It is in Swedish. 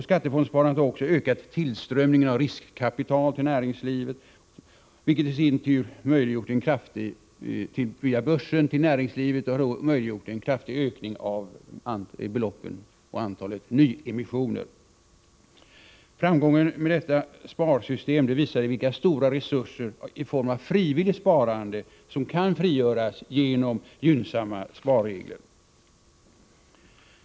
Skattefondssparandet har också ökat tillströmningen av riskkapital till näringslivet via börsen, vilket i sin tur möjliggjort en kraftig ökning av antalet och beloppen när det gäller nyemissioner. Framgången med detta sparsystem visar vilka stora resurser i form av frivilligt sparande som kan frigöras genom gynnsamma sparregler.